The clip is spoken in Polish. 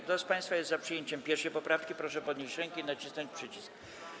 Kto z państwa jest za przyjęciem 1. poprawki, proszę podnieść rękę i nacisnąć przycisk.